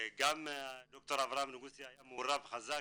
גם ד"ר אברהם נגוסה היה מעורב חזק,